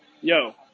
Yo